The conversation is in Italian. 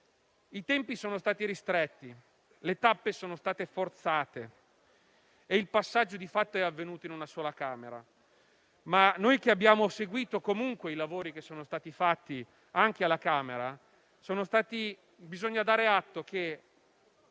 I tempi sono stati ristretti, le tappe sono state forzate e il passaggio di fatto è avvenuto in una sola Camera, ma noi che abbiamo seguito comunque i lavori che sono stati fatti anche alla Camera, dobbiamo dare atto che